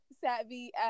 savvy